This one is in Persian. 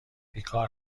بیکار